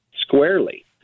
squarely